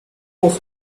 was